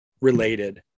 related